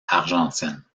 argentine